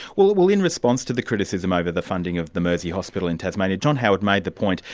well well in response to the criticism over the funding of the mersey hospital in tasmania, john howard made the point,